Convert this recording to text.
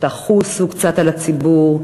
תחוסו קצת על הציבור,